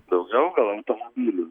daugiau gal automobilių